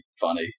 funny